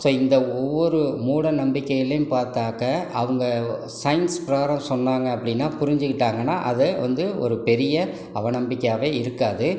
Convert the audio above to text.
so இந்த ஒவ்வொரு மூடநம்பிக்கைலையும் பார்த்தாக்க அவங்க சயின்ஸ் பிரகாரம் சொன்னாங்க அப்படின்னா புரிஞ்சு கிட்டாங்கனா அதை வந்து ஒரு பெரிய அவநம்பிக்கையாவே இருக்காது